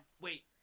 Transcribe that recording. Wait